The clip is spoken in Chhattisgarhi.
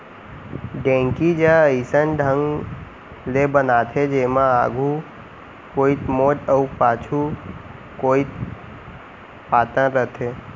ढेंकी ज अइसन ढंग ले बनाथे जेमा आघू कोइत मोठ अउ पाछू कोइत पातन रथे